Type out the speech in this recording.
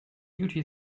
duty